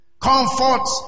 Comfort